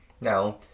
Now